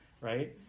right